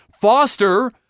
foster